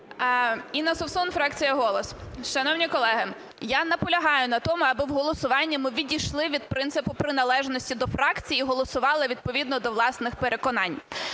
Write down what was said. Інна Совсун, фракція "Голос". Шановні колеги, я наполягаю на тому, аби в голосуванні ми відійшли від принципу приналежності до фракції і голосували відповідно до власних переконань.